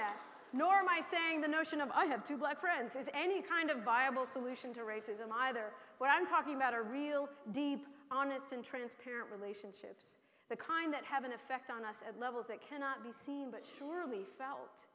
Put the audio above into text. that nor my saying the notion of i have two black friends is any kind of viable solution to racism either where i'm talking about a real deep honest and transparent relationships the kind that have an effect on us at levels that cannot be seen but surely felt